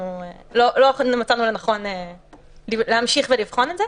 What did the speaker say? לא מצאנו לנכון להמשיך ולבחון את זה.